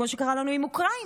כמו שקרה לנו עם אוקראינה.